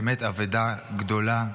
באמת אבדה גדולה,